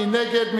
מי נגד?